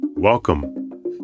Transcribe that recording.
Welcome